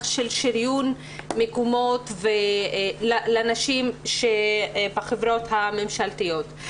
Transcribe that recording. של שריון מקומות לנשים בחברות הממשלתיות.